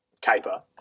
caper